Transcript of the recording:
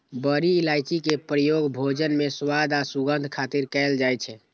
बड़ी इलायची के प्रयोग भोजन मे स्वाद आ सुगंध खातिर कैल जाइ छै